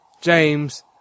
James